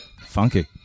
Funky